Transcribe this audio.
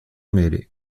mêlés